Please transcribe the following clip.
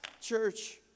church